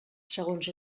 segons